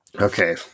Okay